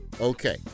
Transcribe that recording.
Okay